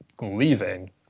leaving